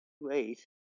wait